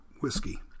whiskey